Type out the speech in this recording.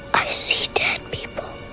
i see dead people